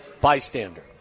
bystander